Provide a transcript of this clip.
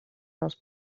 dels